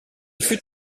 fut